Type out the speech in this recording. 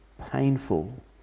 painful